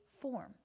form